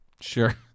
Sure